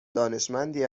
دانشمندی